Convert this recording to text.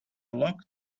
locked